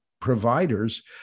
providers